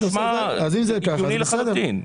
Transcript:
זה נשמע הגיוני לחלוטין.